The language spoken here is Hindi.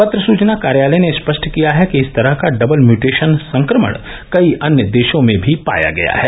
पत्र सूचना कार्यालय ने स्पष्ट किया कि इस तरह का डबल म्यूटेशन संक्रमण कई अन्य देशों में भी पाया गया है